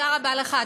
תודה רבה לך,